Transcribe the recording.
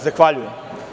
Zahvaljujem.